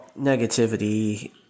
Negativity